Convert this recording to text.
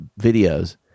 videos